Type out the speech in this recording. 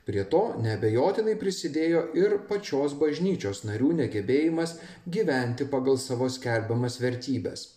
prie to neabejotinai prisidėjo ir pačios bažnyčios narių negebėjimas gyventi pagal savo skelbiamas vertybes